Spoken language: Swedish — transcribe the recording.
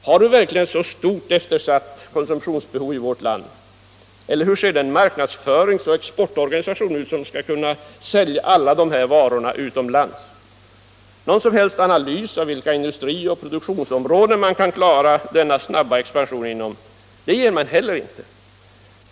Har vi verkligen ett så stort eftersatt konsumtionsbehov i vårt land? Eller hur ser den marknadsförings och exportorganisation ut som skall kunna sälja alla dessa varor utomlands? Någon som helst analys av vilka industri och produktionsområden som kan klara denna snabba expansion ger centern heller inte.